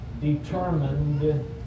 determined